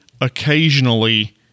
occasionally